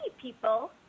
people